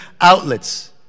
outlets